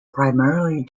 primarily